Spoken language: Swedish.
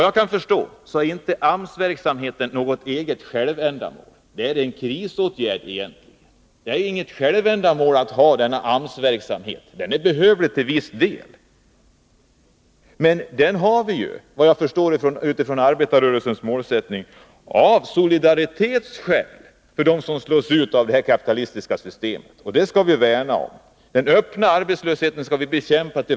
Det är bra hjälp åt vår tidigare argumentation. AMS-verksamheten är väl inte något självändamål, utan de åtgärder AMS vidtar är krisåtgärder. Men såvitt jag förstår är arbetarrörelsens skäl att ha denna verksamhet att vi vill visa solidaritet mot dem som slås ut av det kapitalistiska systemet. Och den solidariteten skall vi värna om.